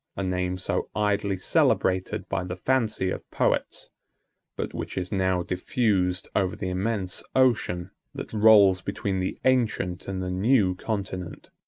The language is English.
a name so idly celebrated by the fancy of poets but which is now diffused over the immense ocean that rolls between the ancient and the new continent.